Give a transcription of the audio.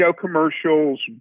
commercials